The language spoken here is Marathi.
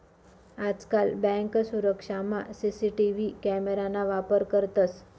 आजकाल बँक सुरक्षामा सी.सी.टी.वी कॅमेरा ना वापर करतंस